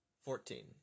Fourteen